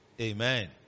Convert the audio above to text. Amen